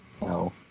No